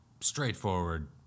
straightforward